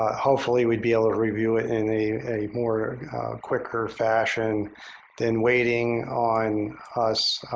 hopefully we'd be able to review it in a a more quicker fashion than waiting on us